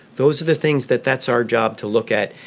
those are the things that that's our job to look at,